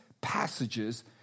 passages